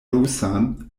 rusan